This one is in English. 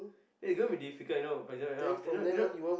eh gonna be difficult you know for example you know af~ after that you know